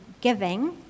giving